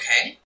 Okay